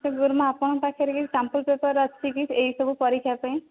ଗୁରୁମା ଆପଣଙ୍କ ପାଖରେ କିଛି ସାମ୍ପଲ୍ ପେପର୍ ଅଛି କି ଏଇ ସବୁ ପରୀକ୍ଷା ପାଇଁ